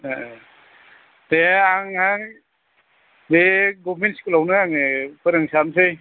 ए दे आंहा बे गभमेन्त स्कुलावनो आङो फोरोंसाबसै